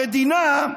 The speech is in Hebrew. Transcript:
המדינה,